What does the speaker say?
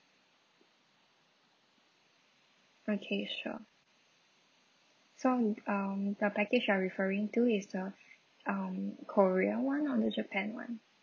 okay sure so um the package you are referring to is the um korea [one] or the japan [one]